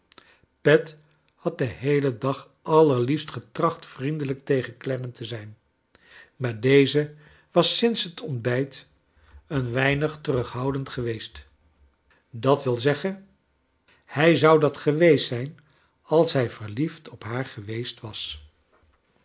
pet had den heelen dag allerliefst getracht vriendelijk tegen clennam te zijn maar deze was shads het ontbijt eon weinig terughoudend geweest d w z hij zou dat geweest zijn als hij verliefd op haar geweest was